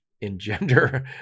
engender